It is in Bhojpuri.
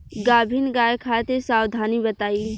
गाभिन गाय खातिर सावधानी बताई?